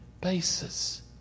basis